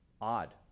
odd